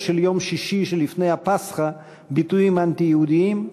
של יום שישי שלפני הפסחא ביטויים אנטי-יהודיים,